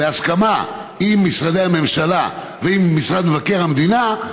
בהסכמה עם משרדי הממשלה ועם משרד מבקר המדינה,